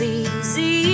easy